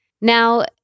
Now